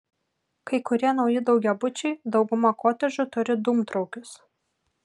kai kurie nauji daugiabučiai dauguma kotedžų turi dūmtraukius